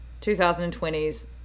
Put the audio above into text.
2020s